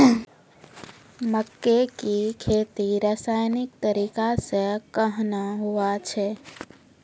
मक्के की खेती रसायनिक तरीका से कहना हुआ छ?